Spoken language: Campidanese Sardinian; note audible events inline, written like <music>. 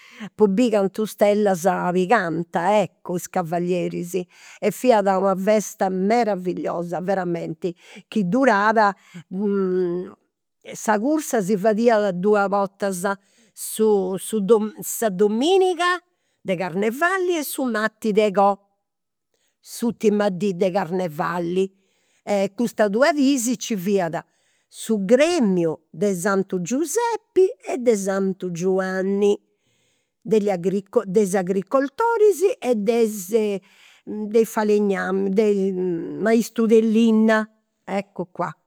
Po biri cantu stellas pigant eccu is cavallieris. E fiat una festa meravilliosa, veramenti, chi durat <hesitation> sa cursa si fadiat duas bortas, su <hesitation> su sa dominiga de carnevali e su martis de gò. S'urtima dì de carnevali. Custas duas dis nci fiat su gremiu de santu Giuseppi e de santu Giuanni, degli agri <hesitation> de is agricoltoris e de <hesitation> dei falegnami, de <hesitation> i' maistus de linna. Eccu qua